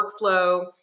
workflow